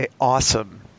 awesome